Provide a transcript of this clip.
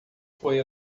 foi